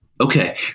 Okay